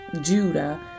Judah